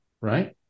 Right